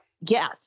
Yes